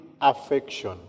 affection